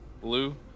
blue